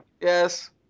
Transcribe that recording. Yes